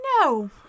no